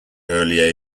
early